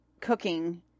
cooking